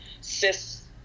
cis